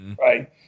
right